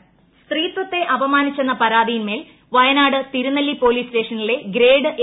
കേസെടുത്തു സ്ത്രീത്വത്തെ അപമാനിച്ചെന്ന പരാതിയിന്മേൽ വയനാട് തിരുനെല്ലി പോലീസ് സ്റ്റേഷനിലെ ഗ്രേഡ് എ